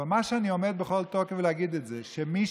אבל מה שאני עומד בכל תוקף להגיד זה שמי